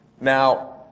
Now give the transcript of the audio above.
Now